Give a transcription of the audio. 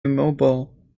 immobile